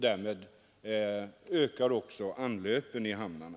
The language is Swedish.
Därmed ökar också anlöpen i hamnarna.